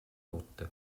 botte